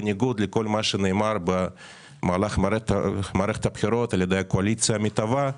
בניגוד לכל מה שנאמר במהלך מערכת הבחירות על ידי הקואליציה המתהווה.